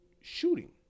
Shooting